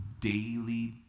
daily